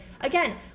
again